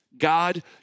God